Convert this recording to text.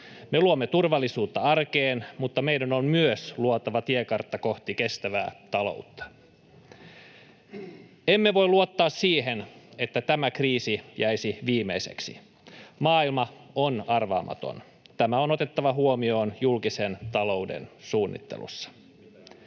Me luomme turvallisuutta arkeen, mutta meidän on myös luotava tiekartta kohti kestävää taloutta. Emme voi luottaa siihen, että tämä kriisi jäisi viimeiseksi. Maailma on arvaamaton. Tämä on otettava huomioon julkisen talouden suunnittelussa.